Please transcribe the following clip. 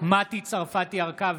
מטי צרפתי הרכבי,